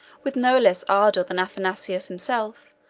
with no less ardor than athanasius himself,